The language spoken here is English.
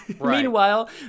Meanwhile